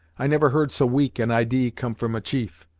i never heard so weak an idee come from a chief,